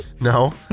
No